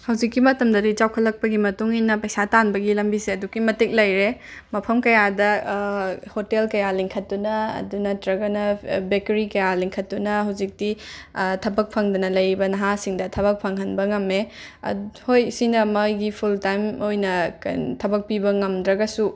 ꯍꯧꯖꯤꯛꯀꯤ ꯃꯇꯝꯗꯗꯤ ꯆꯥꯎꯈꯠꯂꯛꯄꯒꯤ ꯃꯇꯨꯡ ꯏꯟꯅ ꯄꯩꯁꯥ ꯇꯥꯟꯕꯒꯤ ꯂꯝꯕꯤꯁꯦ ꯑꯗꯨꯛꯀꯤ ꯃꯇꯤꯛ ꯂꯩꯔꯦ ꯃꯐꯝ ꯀꯌꯥꯗ ꯍꯣꯇꯦꯜ ꯀꯌꯥ ꯂꯤꯡꯈꯠꯇꯨꯅ ꯑꯗꯨ ꯅꯠꯇ꯭ꯔꯒꯅ ꯕꯦꯀꯔꯤ ꯀꯌꯥ ꯂꯤꯡꯈꯠꯇꯨꯅ ꯍꯧꯖꯤꯛꯇꯤ ꯊꯕꯛ ꯐꯪꯗꯅ ꯂꯩꯔꯤꯕ ꯅꯍꯥꯁꯤꯡꯗ ꯊꯕꯛ ꯐꯪꯍꯟꯕ ꯉꯝꯃꯦ ꯑꯗ ꯍꯣꯏ ꯁꯤꯅ ꯃꯥꯒꯤ ꯐꯨꯜ ꯇꯥꯏꯝ ꯑꯣꯏꯅ ꯀꯟ ꯊꯕꯛ ꯄꯤꯕ ꯉꯝꯗ꯭ꯔꯒꯁꯨ